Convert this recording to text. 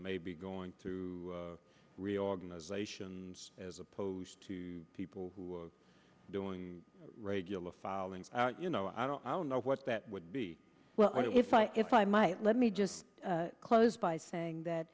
may be going to reorganization as opposed to people who are doing regular falling out you know i don't i don't know what that would be well if i if i might let me just close by saying that